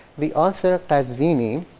the author qazvini,